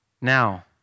Now